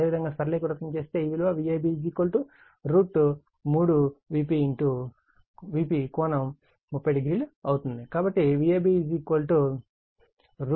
అదేవిధంగా సరళీకృతం చేస్తే ఈ విలువVab 3Vp300 అవుతుంది